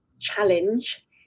challenge